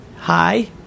Hi